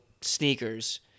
sneakers